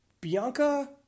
Bianca